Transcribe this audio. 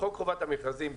בחוק חובת המכרזים,